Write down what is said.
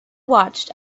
watched